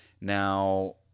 Now